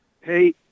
Hey